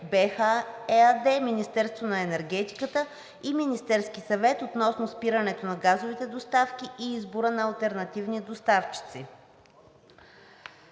БЕХ ЕАД, Министерството на енергетиката и Министерския съвет относно спирането на газовите доставки и избора на алтернативни доставчици.